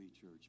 church